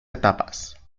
etapas